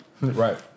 Right